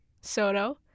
Soto